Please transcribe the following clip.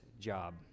job